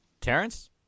Terrence